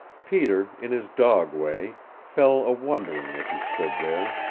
peter, in his dog way, fell a-wondering as he stood there,